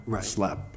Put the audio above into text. slap